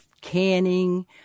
canning